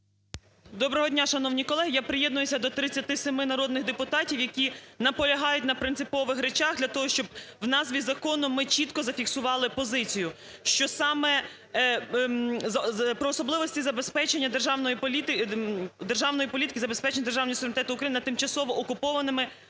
Доброго дня, шановні колеги! Я приєднуюся до 37 народних депутатів, які наполягають на принципових речах для того, щоб в назві закону ми чітко зафіксували позицію, що саме про особливості забезпечення державної політики, забезпечення державного суверенітету України на тимчасово окупованими